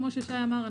כמו ששי אמר,